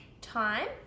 time